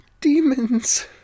demons